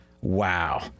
Wow